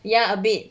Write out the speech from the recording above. ya a bit